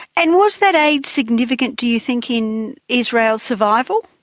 and was that aid significant, do you think, in israel's survival?